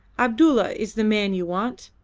abdulla is the man you want.